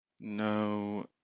No